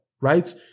Right